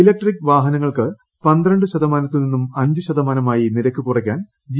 electric വാഹനങ്ങൾക്ക് പന്ത്രണ്ട് ശതമാനത്തിൽ നിന്ന് അഞ്ച്ശതമാനമായി നിരക്ക് കുറയ്ക്കാൻ ജി